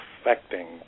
affecting